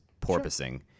porpoising